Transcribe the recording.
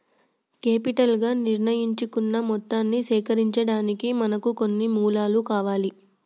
capital గా నిర్ణయించుకున్న మొత్తాన్ని సేకరించడానికి మనకు కొన్ని మూలాలు కావాలి